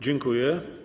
Dziękuję.